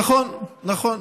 נכון, נכון.